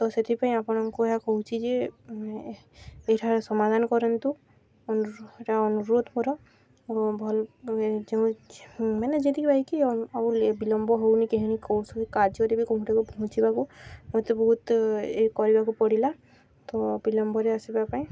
ତ ସେଥିପାଇଁ ଆପଣଙ୍କୁ ଏହା କହୁଛି ଯେ ଏଇଠାରେ ସମାଧାନ କରନ୍ତୁ ଅନୁ ଏଇଟା ଅନୁରୋଧ ମୋର ଭଲ ଯେଉଁ ମାନେ ଯେତିକି ଭାଇକି ଆଉ ବିଲମ୍ବ ହଉନି କେହିନି କୋ କାର୍ଯ୍ୟରେ ବି କୋଉଁଠାକୁ ପହଞ୍ଚିବାକୁ ମୋତେ ବହୁତ ଏଇ କରିବାକୁ ପଡ଼ିଲା ତ ବିଲମ୍ବରେ ଆସିବା ପାଇଁ